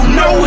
no